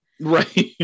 Right